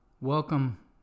welcome